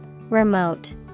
Remote